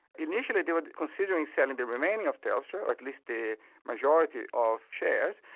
initially they were considering selling the remainder of telstra, or at least the majority of shares,